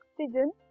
oxygen